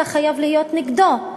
אתה חייב להיות נגדו,